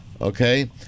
okay